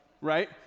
right